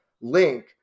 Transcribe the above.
link